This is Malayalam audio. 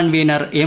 convener M